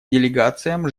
делегациям